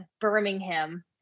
Birmingham